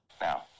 Now